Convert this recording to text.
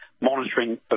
monitoring